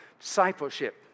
discipleship